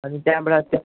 अनि त्यहाँबाट त्यहाँ